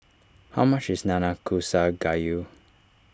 how much is Nanakusa Gayu